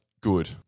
good